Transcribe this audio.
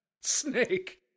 Snake